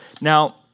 Now